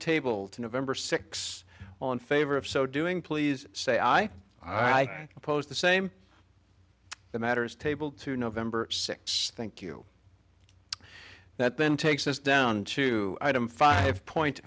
table to november six all in favor of so doing please say i i pose the same the matter is tabled to november sixth thank you that then takes us down to item five point